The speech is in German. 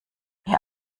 ihr